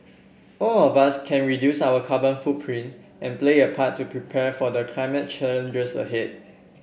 all of us can reduce our carbon footprint and play a part to prepare for the climate challenges ahead